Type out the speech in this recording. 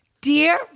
Dear